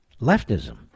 leftism